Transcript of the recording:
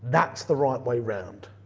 that's the right way round.